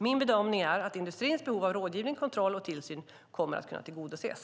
Min bedömning är att industrins behov av rådgivning, kontroll och tillsyn kommer att kunna tillgodoses.